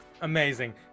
Amazing